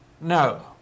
No